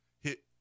Hit